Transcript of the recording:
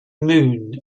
moon